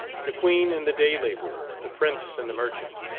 the queen and the day labourer, the prince and the merchant,